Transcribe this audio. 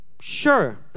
Sure